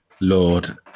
Lord